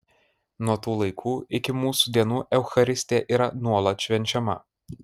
nuo tų laikų iki mūsų dienų eucharistija yra nuolat švenčiama